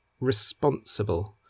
responsible